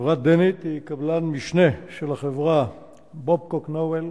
חברה דנית, היא קבלן המשנה של חברת "בבקוק נואל,